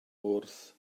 wrth